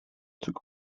took